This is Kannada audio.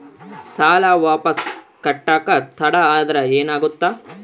ಸಾಲ ವಾಪಸ್ ಕಟ್ಟಕ ತಡ ಆದ್ರ ಏನಾಗುತ್ತ?